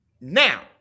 now